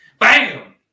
Bam